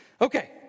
Okay